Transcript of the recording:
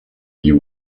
you